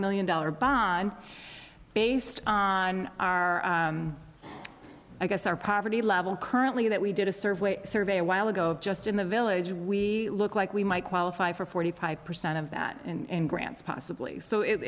million dollar bond based on our i guess our poverty level currently that we did a survey survey a while ago just in the village we looked like we might qualify for forty five percent of that in grants possibly so